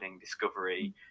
discovery